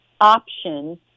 option